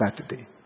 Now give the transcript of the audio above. Saturday